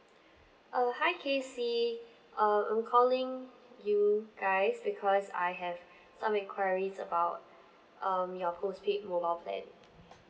uh hi casey uh I'm calling you guys because I have some enquiries about um your postpaid mobile plan